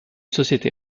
société